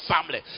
family